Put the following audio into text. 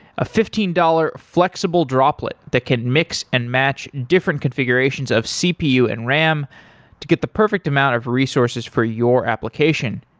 a fifteen dollars flexible droplet that can mix and match different configurations of cpu and ram to get the perfect amount of resources for your application.